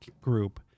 group